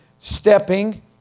stepping